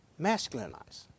masculinize